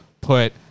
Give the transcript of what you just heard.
put